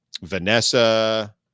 vanessa